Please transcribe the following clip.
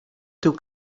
tył